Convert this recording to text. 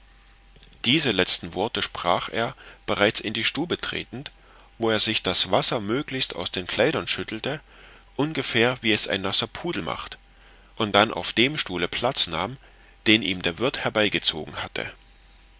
diese letzten worte sprach er bereits in die stube tretend wo er sich das wasser möglichst aus den kleidern schüttelte ungefähr wie es ein nasser pudel macht und dann auf dem stuhle platz nahm den ihm der wirth herbeigezogen hatte